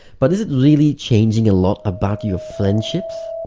but is it really changing a lot about your friendships?